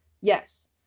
yes